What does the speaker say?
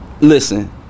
Listen